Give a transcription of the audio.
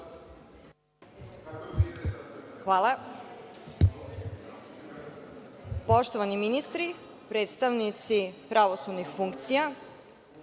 Hvala. Poštovani ministri, predstavnici pravosudnih funkcija,